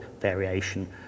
variation